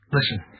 Listen